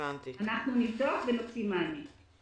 אנחנו נבדוק ונעביר מענה.